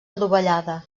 adovellada